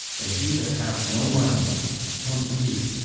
and he that hath no money come ye,